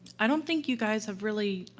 i don't think you guys have really,